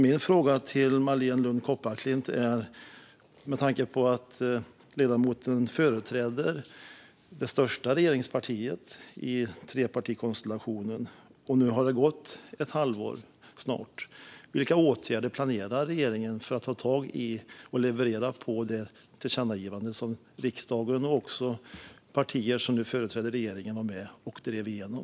Min fråga till Marléne Lund Kopparklint, med tanke på att ledamoten företräder det största regeringspartiet i trepartikonstellationen och att det snart har gått ett halvår, är vilka åtgärder regeringen planerar för att ta tag i och leverera på det tillkännagivande som riksdagen och partier som nu företräder regeringen var med och drev igenom.